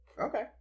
Okay